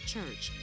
Church